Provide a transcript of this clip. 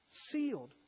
Sealed